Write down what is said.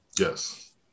Yes